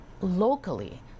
locally